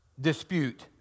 dispute